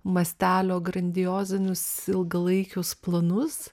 mastelio grandiozinius ilgalaikius planus